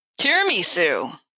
Tiramisu